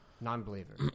Non-believer